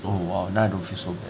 oh !wow! now I don't feel so bad